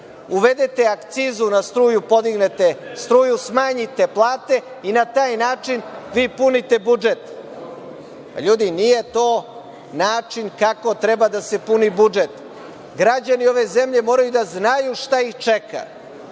uvedete akcizu na struju, podignete struju, smanjite plate i na taj način vi punite budžet. LJudi, nije to način kako treba da se puni budžet. Građani ove zemlje moraju da znaju šta ih čeka.